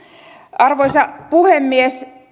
arvoisa puhemies